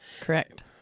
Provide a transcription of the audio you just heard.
Correct